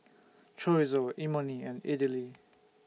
Chorizo Imoni and Idili